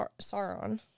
Sauron